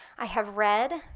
i have read,